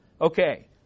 Okay